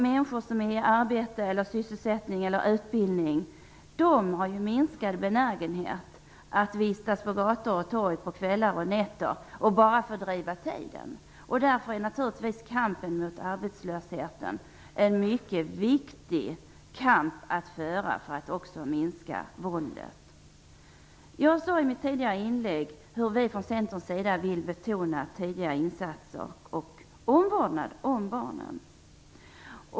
Människor som är i arbete, sysselsättning eller utbildning har ju en minskad benägenhet att vistas på gator och torg på kvällar och nätter och bara fördriva tiden. Därför är naturligtvis kampen mot arbetslösheten en mycket viktig kamp att föra för att också minska våldet. Jag sade i mitt tidigare inlägg att vi i Centern vill betona tidiga insatser och omvårdnad om barnen.